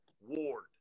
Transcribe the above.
ward